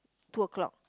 two o'clock